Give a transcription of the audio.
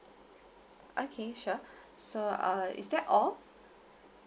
okay sure so uh is that all